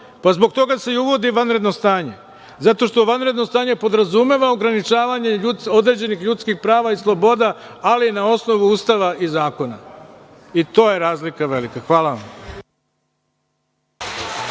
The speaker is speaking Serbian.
Pa, zbog toga se i uvodi vanredno stanje, zato što vanredno stanje podrazumeva ograničavanje određenih ljudskih prava i sloboda, ali na osnovu Ustava i zakona. To je velika razlika. Hvala vam.